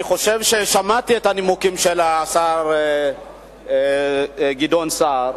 אני חושב ששמעתי את הנימוקים של השר גדעון סער,